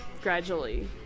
gradually